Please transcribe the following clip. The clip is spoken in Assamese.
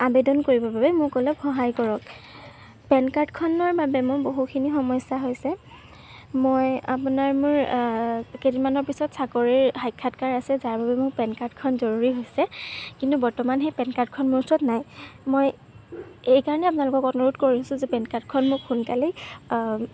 আবেদন কৰিবৰ বাবে মোক অলপ সহায় কৰক পেন কাৰ্ডখনৰ বাবে মোৰ বহুখিনি সমস্যা হৈছে মই আপোনাৰ মোৰ কেইদিনমানৰ পিছত চাকৰিৰ সাক্ষাতকাৰ আছে যাৰবাবে মোক পেন কাৰ্ডখন জৰুৰী হৈছে কিন্তু বৰ্তমান সেই পেন কাৰ্ডখন মোৰ ওচৰত নাই মই এই কাৰণেই আপোনালোকক অনুৰোধ কৰিছোঁ যে পেন কাৰ্ডখন মোক সোনকালেই